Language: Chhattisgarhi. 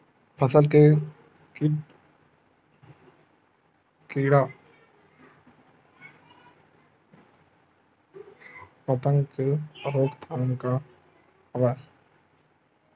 फसल के कीट पतंग के रोकथाम का का हवय?